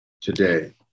today